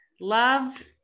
love